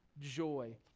joy